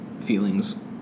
feelings